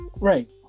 right